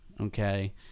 okay